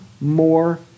more